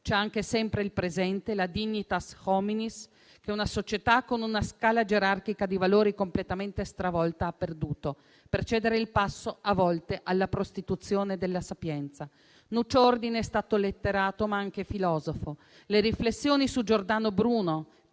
però anche sempre il presente, la *dignitas* *hominis* che una società con una scala gerarchica di valori completamente stravolta ha perduto per cedere il passo a volte alla prostituzione della sapienza. Nuccio Ordine è stato letterato, ma anche filosofo. Le riflessioni su Giordano Bruno